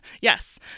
yes